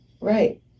right